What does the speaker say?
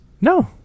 No